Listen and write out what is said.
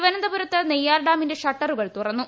തിരുവനന്തപുരത്ത് നെയ്യർഡാമിന്റെ ഷട്ടറുകൾ തുറന്നു